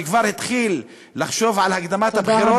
שכבר התחיל לחשוב על הקדמת הבחירות,